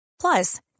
Plus